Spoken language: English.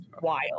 Wild